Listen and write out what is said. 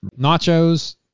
nachos